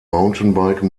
mountainbike